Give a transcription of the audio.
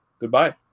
Goodbye